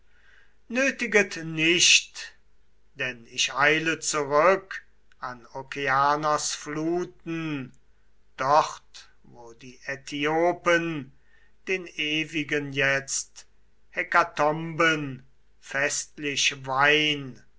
nötiget nicht denn ich eile zurück an okeanos fluten dort wo die äthiopen den ewigen jetzt hekatomben festlich weihn